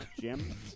Jim